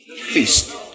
feast